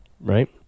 right